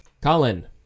Colin